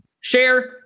Share